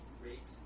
great